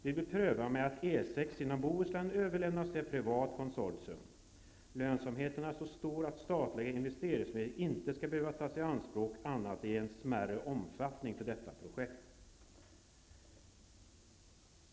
Vi vill pröva detta genom att överlämna E 6 genom Bohuslän till ett privat konsortium. Lönsamheten är så stor att statliga investeringsmedel inte skall behöva tas i anspråk annat än i smärre omfattning för detta projekt.